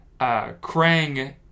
Krang